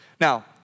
Now